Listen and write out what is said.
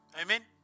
Amen